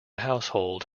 household